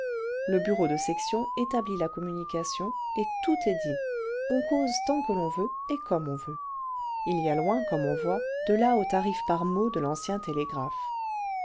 le bureau de section établit la communication et tout est dit on cause tant que l'on veut et comme on veut h y a loin comme on voit de là au tarif par mots de l'ancien télégraphe